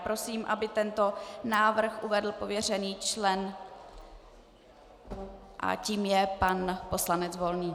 Prosím, aby tento návrh uvedl pověřený člen, tím je pan poslanec Volný.